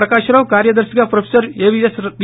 ప్రకాష్రావు కార్యదర్శిగా professor AVSV